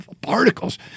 particles